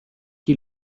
die